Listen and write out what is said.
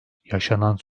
yaşanan